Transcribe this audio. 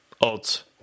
Odds